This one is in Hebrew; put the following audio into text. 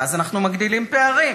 ואז אנחנו מגדילים פערים.